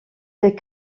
dès